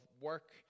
work